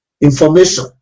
information